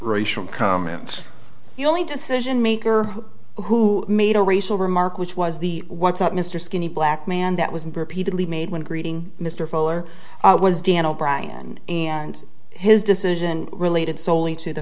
racial comments the only decision maker who made a racial remark which was the what's up mr skinny black man that was in burpee didley made when greeting mr fuller was dan o'brien and his decision related solely to the